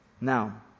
Now